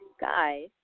Guys